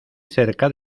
cerca